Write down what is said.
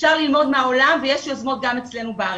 אפשר ללמוד מהעולם ויש יוזמות גם אצלנו בארץ.